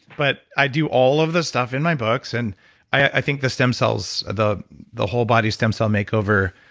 but i do all of the stuff in my books and i think the stem cells, the the whole-body stem cell makeover,